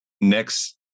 next